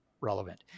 relevant